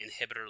inhibitor